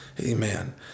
Amen